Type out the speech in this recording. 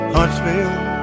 Huntsville